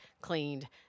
cleaned